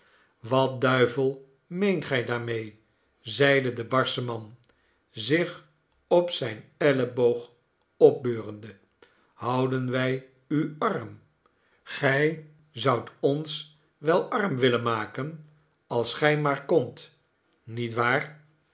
wat duivel meent gij daarmee zeide de barsche man zich op zijn elleboog opbeurende houden wij u arm gij zoudt ons wel arm willen maken als gij maar kondt niet waar